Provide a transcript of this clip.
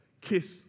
kiss